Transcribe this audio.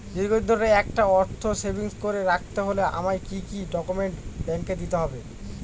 দীর্ঘদিন ধরে একটা অর্থ সেভিংস করে রাখতে হলে আমায় কি কি ডক্যুমেন্ট ব্যাংকে দিতে হবে?